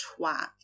twat